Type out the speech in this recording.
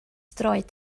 droed